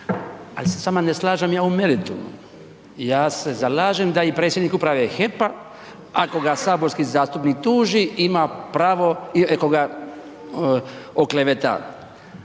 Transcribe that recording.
Ali se s vama ne slažem ja u meritumu. Ja se zalažem da i predsjednik uprave HEP-a ako ga saborski zastupnik tuži ima pravo i ako ga okleveta,